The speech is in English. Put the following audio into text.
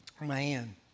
Man